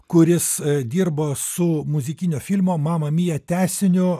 kuris dirbo su muzikinio filmo mama mija tęsiniu